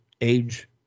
age